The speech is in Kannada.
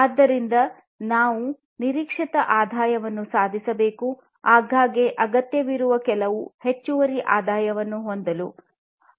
ಆದ್ದರಿಂದ ನೀವು ನಿರೀಕ್ಷಿತ ಆದಾಯವನ್ನು ಆಗಾಗ್ಗೆ ಅಗತ್ಯವಿರುವ ಕೆಲವು ಹೆಚ್ಚುವರಿ ಆದಾಯವನ್ನು ಹೊಂದಲು ಸಾಧಿಸಬೇಕು